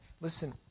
listen